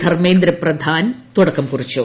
ധർമ്മേന്ദ്ര പ്രധാൻ തുടക്കം കുറിച്ചു